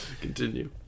Continue